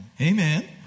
Amen